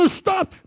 stop